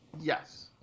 Yes